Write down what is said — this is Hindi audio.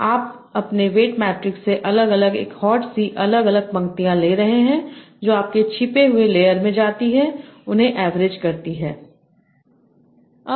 आप अपने वेट मैट्रिक्स से अलग अलग एक हॉट सी अलग अलग पंक्तियाँ ले रहे हैं और जो आपके छिपे हुए लेयर में जाती है उन्हें एवरेज करती है